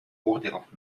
ордеров